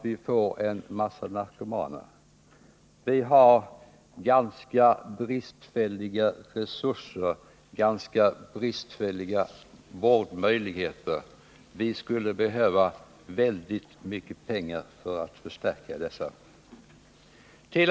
Vi har ganska bristfälliga vårdmöjligheter och skulle behöva väldigt mycket pengar för att förstärka dessa resurser.